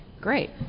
Great